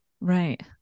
Right